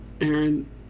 Aaron